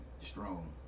Strong